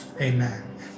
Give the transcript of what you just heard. amen